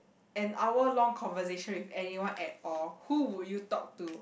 an hour long conversation with anyone at all who would you talk to